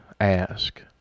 ask